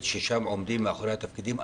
ששם עומדים אנשים מאחורי התפקידים.